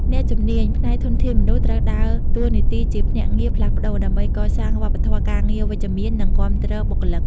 អ្នកជំនាញ ផ្នែកធនធានមនុស្ស ត្រូវដើរតួនាទីជាភ្នាក់ងារផ្លាស់ប្តូរ ដើម្បីកសាងវប្បធម៌ការងារវិជ្ជមាន និងគាំទ្របុគ្គលិក។